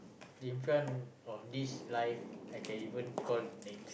in front of these life I can even call names